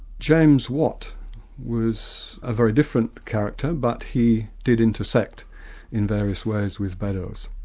james watt was a very different character, but he did intersect in various ways with beddoes.